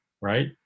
right